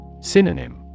Synonym